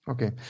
Okay